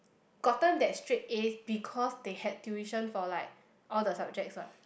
gotten that straight As because they had tuition for like all the subjects what